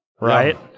Right